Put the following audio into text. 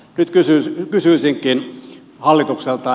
nyt kysyisinkin hallitukselta